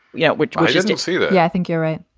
yeah. which i just don't see that. yeah, i think you're right.